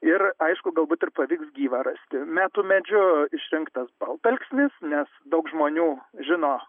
ir aišku galbūt ir pavyks gyvą rasti metų medžiu išrinktas baltalksnis nes daug žmonių žino